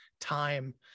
time